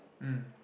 mm